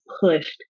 pushed